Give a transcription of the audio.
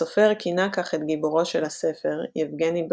הסופר כינה כך את גיבורו של הספר, יבגני בזארוב,